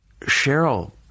Cheryl